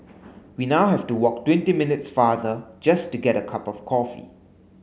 we now have to walk twenty minutes farther just to get a cup of coffee